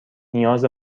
نیاز